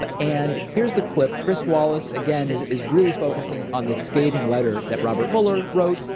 but and here's the clip. chris wallace, again is, is really focusing on this scathing letter that robert mueller wrote.